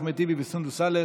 אחמד טיבי וסונדוס סלאח.